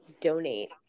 donate